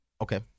Okay